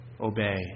obey